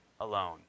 alone